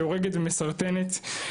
שהורגת ומזהמת,